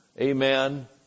Amen